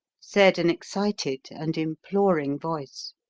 said an excited and imploring voice.